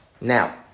Now